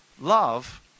love